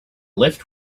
lift